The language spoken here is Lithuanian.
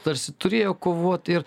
tarsi turėjo kovot ir